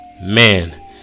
Man